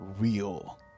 real